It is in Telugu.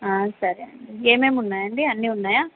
సరే అండి ఏమేమి ఉన్నాయండి అన్నీ ఉన్నాయా